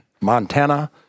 Montana